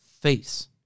face